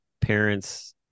parents